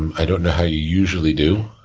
i don't know how you usually do,